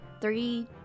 three